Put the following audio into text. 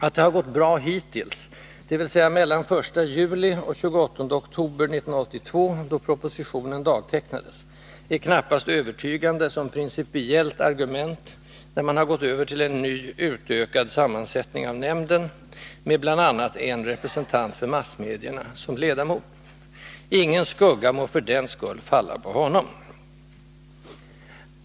Att det har gått bra hittills, dvs. mellan 1 juli och 28 oktober 1982, då propositionen dagtecknades, är knappast övertygande som principiellt argument, när man har gått över till en ny, utökad sammansättning av nämnden, med bl.a. en representant för massmedierna som ledamot. — Ingen skugga må för den skull falla på honom.